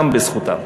גם בזכותם.